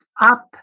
up